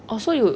oh so you